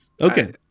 Okay